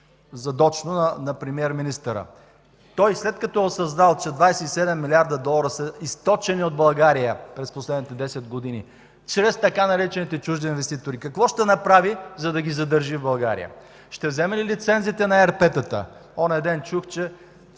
задочно на премиер-министъра – след като той е осъзнал, че 27 млрд. долара са източени от България през последните 10 години, чрез така наречените „чужди инвеститори” – какво ще направи, за да ги задържи в България, ще вземе ли лицензите на ЕРП-тата? Онзи ден чух, че